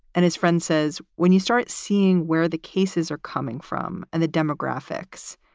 and his friend says, when you start seeing where the cases are coming from and the demographics,